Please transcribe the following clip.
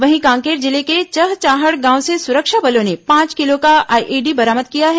वहीं कांकेर जिले के चहचाहड़ गांव से सुरक्षा बलों ने पांच किलो का आईईडी बरामद किया है